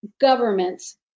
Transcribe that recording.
governments